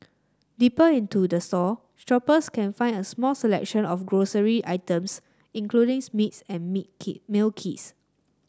deeper into the store shoppers can find a small selection of grocery items including meats and meal kits